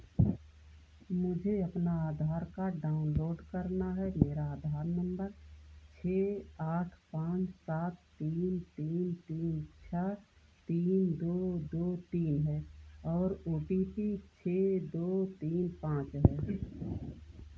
मुझे अपना Aadhaar card download करना है मेरा आधार नंबर छः आठ पाँच सात तीन तीन तीन छः तीन दो दो तीन है और ओ टी पी छः दो तीन पाँच है